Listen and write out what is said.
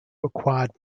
required